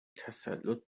تسلط